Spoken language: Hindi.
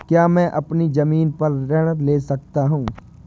क्या मैं अपनी ज़मीन पर ऋण ले सकता हूँ?